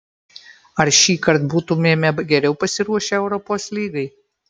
ar šįkart būtumėme geriau pasiruošę europos lygai